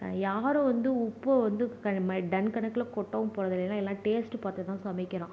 யாரும் வந்து உப்பை வந்து டன் கணக்கில் வந்து கொட்டவும் போகிறது இல்லை ஏன்னா எல்லா டேஸ்ட் பார்த்துதான் சமைக்கிறோம்